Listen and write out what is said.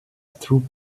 through